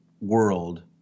world